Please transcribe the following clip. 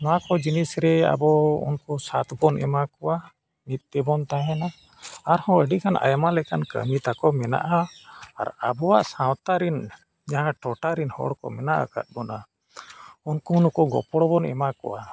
ᱱᱚᱣᱟ ᱠᱚ ᱡᱤᱱᱤᱥ ᱨᱮ ᱟᱵᱚ ᱩᱱᱠᱩ ᱥᱟᱛ ᱵᱚᱱ ᱮᱢᱟ ᱠᱚᱣᱟ ᱢᱤᱛ ᱛᱮᱵᱚᱱ ᱛᱟᱦᱮᱱᱟ ᱟᱨᱦᱚᱸ ᱟᱹᱰᱤ ᱜᱟᱱ ᱟᱭᱢᱟ ᱞᱮᱠᱟᱱ ᱠᱟᱹᱢᱤ ᱛᱟᱠᱚ ᱢᱮᱱᱟᱜᱼᱟ ᱟᱨ ᱟᱵᱚᱣᱟᱜ ᱥᱟᱶᱛᱟ ᱨᱤᱱ ᱡᱟᱦᱟᱸ ᱴᱚᱴᱷᱟᱨᱮᱱ ᱦᱚᱲ ᱠᱚ ᱢᱮᱱᱟᱜ ᱟᱠᱟᱫ ᱵᱚᱱᱟ ᱩᱱᱠᱩ ᱱᱩᱠᱩ ᱜᱚᱯᱚᱲ ᱵᱚᱱ ᱮᱢᱟ ᱠᱚᱣᱟ